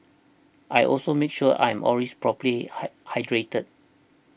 I also make sure I'm always properly high hydrated